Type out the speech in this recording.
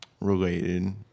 related